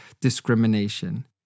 discrimination